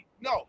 No